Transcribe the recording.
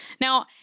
Now